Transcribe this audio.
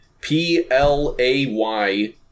P-L-A-Y-